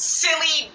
silly